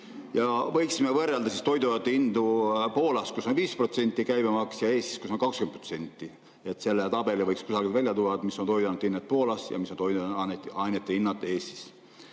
Võiksime võrrelda siis toiduainete hindu Poolas, kus on 5% käibemaks, ja Eestis, kus on 20%. Selle tabeli võiks kusagil välja tuua, mis on toiduainete hinnad Poolas ja mis on toiduainete hinnad